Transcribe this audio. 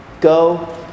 Go